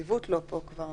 ולהקריא הודעה שקיבלתי עכשיו: